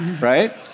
Right